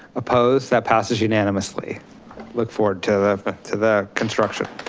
opposed that passes unanimously look forward to to the construction.